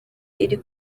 iri